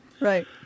Right